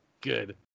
Good